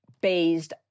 based